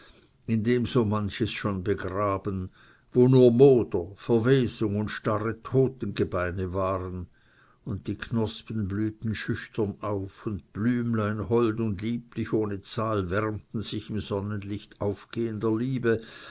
dem so manches schon begraben wo nur moder verwesung und starre totengebeine waren und die knospen blühten schüchtern auf und blümlein hold und lieblich ohne zahl wärmten sich im sonnenlicht aufgehender liebe